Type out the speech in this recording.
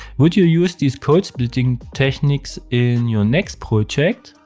would you use these code-splitting techniques in your next project?